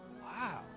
Wow